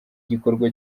gikorwa